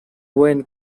when